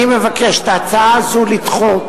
אני מבקש את ההצעה הזו לדחות.